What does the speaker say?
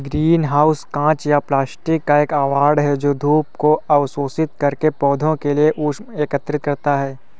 green house कांच या plastic का एक आवरण है जो धूप को अवशोषित करके पौधों के लिए ऊष्मा एकत्रित करता है